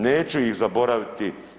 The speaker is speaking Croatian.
Neću ih zaboraviti.